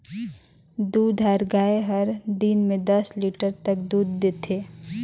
दूधाएर गाय हर दिन में दस लीटर तक दूद देथे